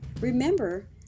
Remember